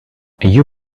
you